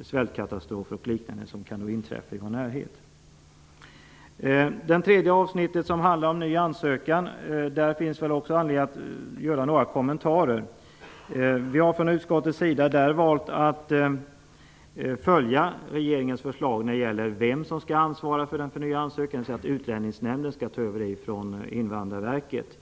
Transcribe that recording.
samt om flyktingar i samband med svältkatastrofer och liknande katastrofer som kan inträffa i vår närhet. Utskottet har under avsnittet Ny ansökan valt att följa regeringens förslag när det gäller vem som skall ansvara för den förnyade ansökan, dvs. att Utlänningsnämnden skall ta över det ansvaret från Invandrarverket.